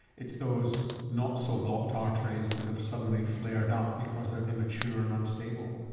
it's those not so blocked arteries that have suddenly flared up because they are immature and unstable.